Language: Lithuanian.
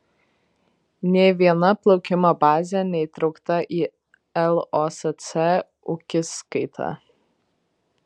nė viena plaukimo bazė neįtraukta į losc ūkiskaitą